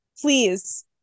please